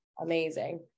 Amazing